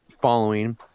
following